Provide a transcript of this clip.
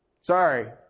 Sorry